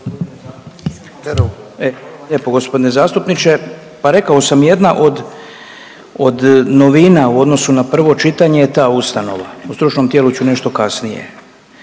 lijepo gospodine zastupniče, pa rekao sam jedna od, od novina u odnosu na prvo čitanje je ta ustanova. O stručnom tijelu ću nešto kasnije.